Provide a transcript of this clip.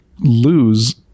lose